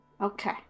okay